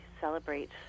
celebrate